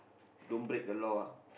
don't break the law lah